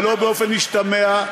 ולא באופן משתמע,